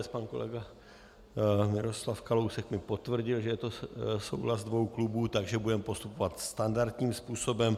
Pan kolega Miroslav Kalousek mi potvrdil, že je to souhlas dvou klubů, takže budeme postupovat standardním způsobem.